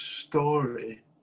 story